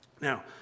Now